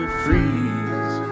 freeze